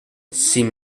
sin